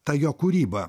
ta jo kūryba